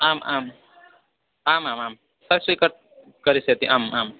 आम् आम् आम् आम् आम् तत् स्वीकरोतु करिष्यति आम् आम्